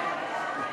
ההצעה להעביר